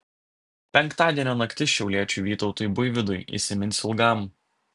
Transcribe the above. penktadienio naktis šiauliečiui vytautui buivydui įsimins ilgam